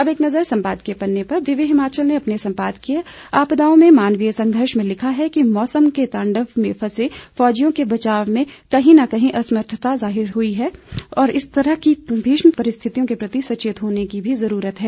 अब एक नज़र सम्पादकीय पन्ने पर दिव्य हिमाचल ने अपने सम्पादकीय आपदाओं में मानवीय संघर्ष में लिखा है कि मौसम के तांडव में फंसे फौजियों के बचाव में कहीं न कहीं असमर्थता जाहिर हुई है तो इस तरह के भीषण परिस्थितियों के प्रति सचेत होने की भी जरूरत है